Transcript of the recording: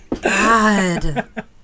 God